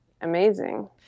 amazing